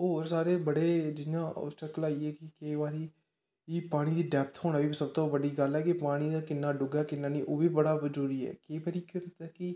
होर बड़े जियां होटलक आई गे कि जियां केंई बारी पानी दी डैप्थ होना बी बड़ा बड्डी गल्ल ऐ पानी दा किन्ना डुग्गा ऐ किन्नां नेंई ओह् बी बड़ा जरूरी ऐ केंई बारी केह् होंदा कि